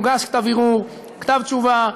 מוגש כתב ערעור, כתב תשובה,